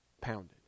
pounded